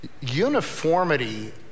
Uniformity